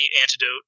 antidote